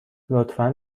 لطفا